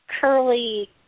curly